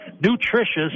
nutritious